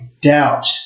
doubt